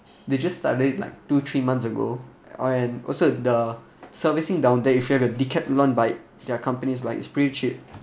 they just start late like two three months ago and also the servicing down there if you have a Decathlon bike their company's bike it's pretty cheap